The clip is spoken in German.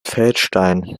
feldsteinen